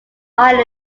island